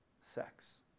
sex